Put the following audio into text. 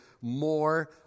more